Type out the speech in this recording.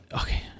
Okay